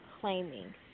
claiming